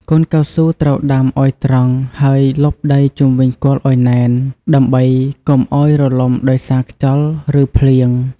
កូនកៅស៊ូត្រូវដាំឱ្យត្រង់ ហើយលប់ដីជុំវិញគល់ឱ្យណែន ដើម្បីកុំឱ្យរលំដោយសារខ្យល់ ឬភ្លៀង។